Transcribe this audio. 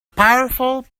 powerful